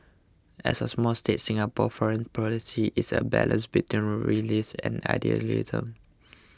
as a small state Singapore's foreign policy is a balance between realism and idealism